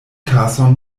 tason